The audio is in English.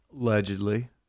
Allegedly